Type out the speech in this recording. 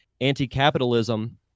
anti-capitalism